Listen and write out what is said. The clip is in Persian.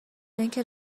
اینکه